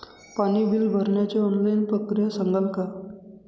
पाणी बिल भरण्याची ऑनलाईन प्रक्रिया सांगाल का?